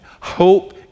Hope